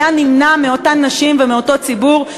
היה נמנע מאותן נשים ומאותו ציבור.